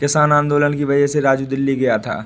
किसान आंदोलन की वजह से राजू दिल्ली गया था